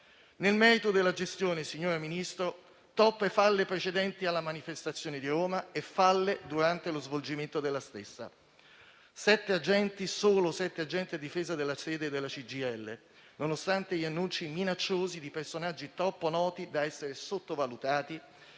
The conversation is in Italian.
Nel merito della gestione, signora Ministra, ci sono state troppe falle precedenti alla manifestazione di Roma e troppe durante il suo svolgimento. C'erano solo sette agenti a difesa della sede della CGIL, nonostante gli annunci minacciosi di personaggi troppo noti da essere sottovalutati